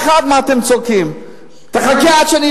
תתבלבלו מהאמת, עשר שנים,